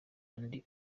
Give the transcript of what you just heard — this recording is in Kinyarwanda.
undi